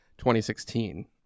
2016